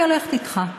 אני הולכת אתך.